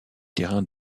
terrains